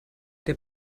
der